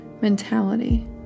mentality